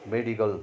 medical